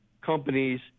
companies